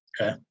Okay